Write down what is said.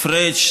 פריג',